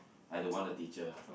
I don't want the teacher